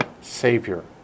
Savior